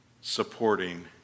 supporting